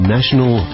national